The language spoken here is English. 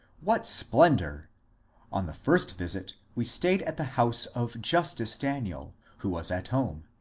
what splendour i on the first visit we staid at the house of justice daniel, who was at home,